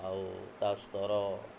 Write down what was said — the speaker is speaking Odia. ଆଉ ତା ସ୍ତର